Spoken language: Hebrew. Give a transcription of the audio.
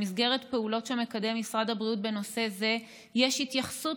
במסגרת פעולות שמקדם משרד הבריאות בנושא זה יש התייחסות